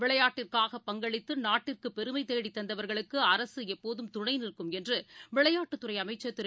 விளையாட்டுக்காக பங்களித்துநாட்டிற்குபெருமைதேடித் தந்தவர்களுக்குஅரசுஎப்போதும் துணைநிற்கும் என்றுவிளையாட்டுத் துறைஅமைச்சர் திரு